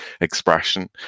expression